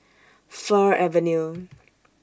Fir Avenue